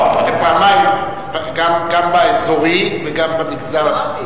זה פעמיים, גם באזורי וגם במגזר.